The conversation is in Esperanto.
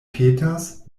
petas